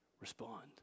respond